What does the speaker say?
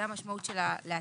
זאת המשמעות של עדכון.